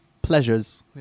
Pleasures